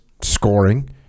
scoring